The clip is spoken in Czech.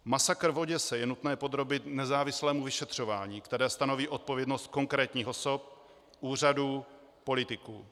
Masakr v Oděse je nutné podrobit nezávislému vyšetřování, které stanoví odpovědnost konkrétních osob, úřadů, politiků.